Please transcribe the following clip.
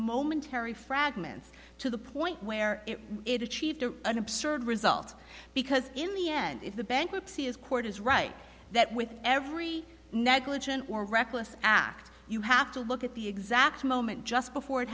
momentary fragments to the point where it achieved an absurd result because in the end if the bankruptcy is court is right that with every negligent or reckless act you have to look at the exact moment just before it